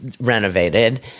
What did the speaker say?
renovated